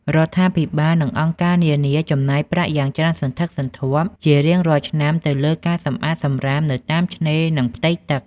រដ្ឋាភិបាល និងអង្គការនានាចំណាយប្រាក់យ៉ាងច្រើនសន្ធឹកសន្ធាប់ជារៀងរាល់ឆ្នាំទៅលើការសម្អាតសំរាមនៅតាមឆ្នេរ និងផ្ទៃទឹក។